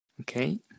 Okay